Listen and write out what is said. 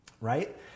right